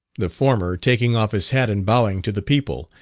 the former taking off his hat and bowing to the people,